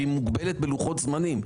שהיא מוגבלת בלוחות זמנים.